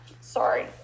Sorry